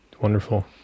Wonderful